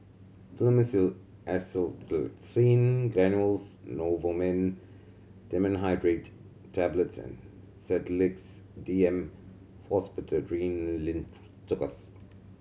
Fluimucil Acetylcysteine Granules Novomin Dimenhydrinate Tablets and Sedilix D M Pseudoephrine Linctus